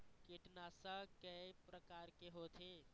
कीटनाशक कय प्रकार के होथे?